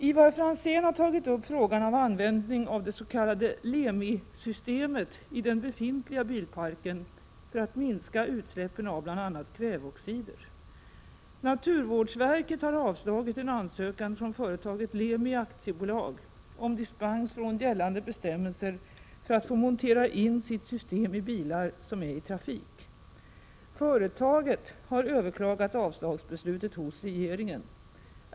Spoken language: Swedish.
Ivar Franzén har tagit upp frågan om användning av det s.k. LEMI systemet i den befintliga bilparken för att minska utsläppen av bl.a. kväveoxider. Naturvårdsverket har avslagit en ansökan från företaget LEMI AB om dispens från gällande bestämmelser för att få montera in sitt system i bilar som är i trafik. Företaget har överklagat avslagsbeslutet hos regeringen.